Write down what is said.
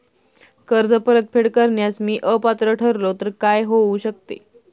कर्ज परतफेड करण्यास मी अपात्र ठरलो तर काय होऊ शकते?